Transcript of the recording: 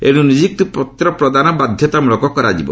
ଏଣୁ ନିଯୁକ୍ତିପତ୍ର ପ୍ରଦାନ ବାଧ୍ୟତାମୂଳକ କରାଯିବ